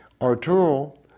Arturo